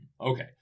Okay